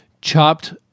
chopped